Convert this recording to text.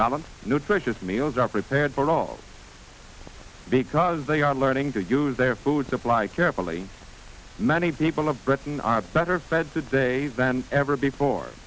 balance nutritious meals are prepared but all because they are learning to use their food supply carefully many people of britain are better bed today than ever before